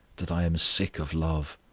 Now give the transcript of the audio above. that i am sick of love.